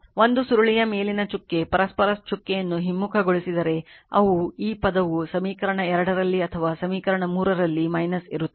ಒಂದು ಸುರುಳಿಯ ಮೇಲಿನ ಚುಕ್ಕೆ ಪರಸ್ಪರ ಚಿಹ್ನೆಯನ್ನು ಹಿಮ್ಮುಖಗೊಳಿಸಿದರೆ ಅವು ಈ ಪದವು ಸಮೀಕರಣ 2 ರಲ್ಲಿ ಅಥವಾ ಸಮೀಕರಣ 3 ರಲ್ಲಿ ಇರುತ್ತದೆ